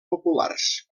populars